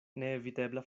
neevitebla